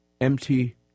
empty